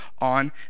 on